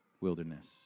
wilderness